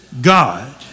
God